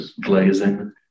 glazing